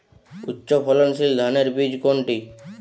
উচ্চ ফলনশীল ধানের বীজ কোনটি?